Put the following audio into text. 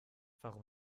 warum